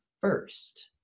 first